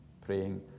praying